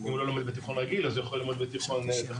אם הוא לא לומד בתיכון רגיל אז הוא יכול ללמוד בתיכון טכנולוגי.